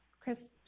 Chris